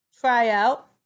tryout